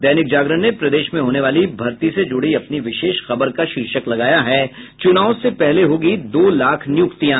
दैनिक जागरण ने प्रदेश में होने वाली भर्ती से जूड़ी अपनी विशेष खबर का शीर्षक लगाया है चूनाव से पहले होंगी दो लाख नियुक्तियां